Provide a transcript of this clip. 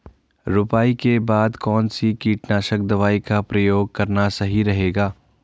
रुपाई के बाद कौन सी कीटनाशक दवाई का प्रयोग करना सही रहेगा?